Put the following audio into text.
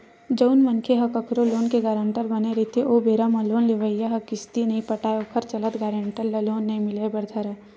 जउन मनखे ह कखरो लोन के गारंटर बने रहिथे ओ बेरा म लोन लेवइया ह किस्ती नइ पटाय ओखर चलत गारेंटर ल लोन नइ मिले बर धरय